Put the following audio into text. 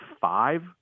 five